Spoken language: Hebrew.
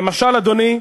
למשל, אדוני,